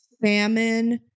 famine